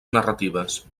narratives